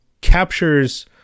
captures